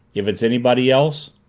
if it's anybody else,